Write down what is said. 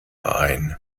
ein